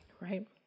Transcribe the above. Right